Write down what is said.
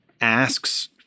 asks